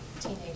teenage